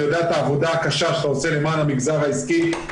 אני יודע את העבודה הקשה שאתה עושה למען המגזר העסקי,